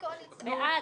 בעד,